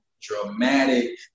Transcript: dramatic